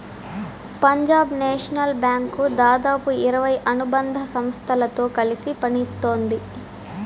Punjab National Bank దాదాపు ఇరవై అనుబంధ సంస్థలతో కలిసి పనిత్తోంది